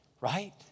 Right